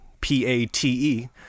P-A-T-E